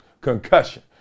concussion